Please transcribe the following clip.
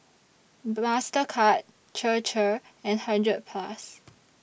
Mastercard Chir Chir and hundred Plus